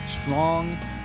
Strong